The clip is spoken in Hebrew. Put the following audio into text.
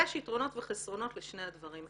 יש יתרונות וחסרונות לשני הדברים.